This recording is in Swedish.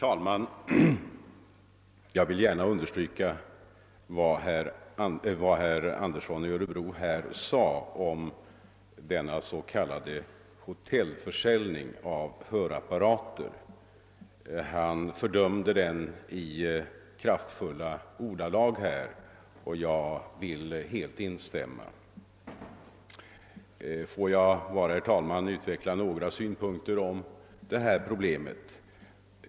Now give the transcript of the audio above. Herr talman! Herr Andersson i Örebro fördömde i kraftfulla ordalag den s.k. hotellförsäljningen av hörapparater, och jag vill gärna instämma i hans uttalande. Låt mig bara, herr talman, därutöver anlägga ytterligare några synpunkter på problemet.